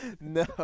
no